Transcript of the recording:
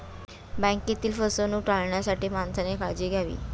बँकेतील फसवणूक टाळण्यासाठी माणसाने काळजी घ्यावी